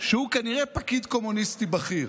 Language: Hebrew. שהוא כנראה פקיד קומוניסטי בכיר.